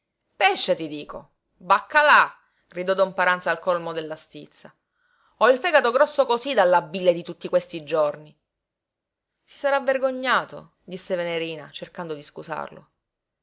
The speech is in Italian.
pesce ti dico baccalà gridò don paranza al colmo della stizza ho il fegato grosso cosí dalla bile di tutti questi giorni si sarà vergognato disse venerina cercando di scusarlo